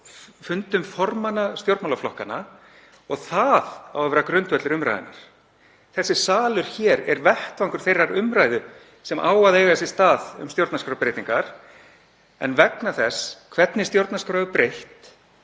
fundum formanna stjórnmálaflokkanna og það á að vera grundvöllur umræðunnar. Þessi salur er vettvangur þeirrar umræðu sem á að eiga sér stað um stjórnarskrárbreytingar, en vegna þess hvernig stjórnarskrá er breytt